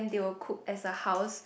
they will cook as a house